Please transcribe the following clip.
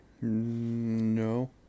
No